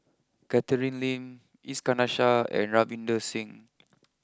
Catherine Lim Iskandar Shah and Ravinder Singh